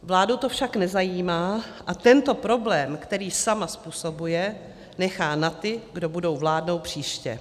Vládu to však nezajímá a tento problém, který sama způsobuje, nechá na ty, kdo budou vládnout příště.